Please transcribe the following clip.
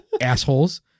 Assholes